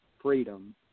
freedom